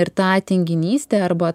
ir tą tinginystę arba